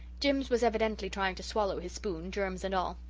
jims was evidently trying to swallow his spoon, germs and all.